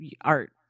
art